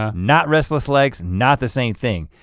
ah not restless legs, not the same thing.